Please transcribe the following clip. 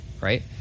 right